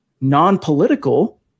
non-political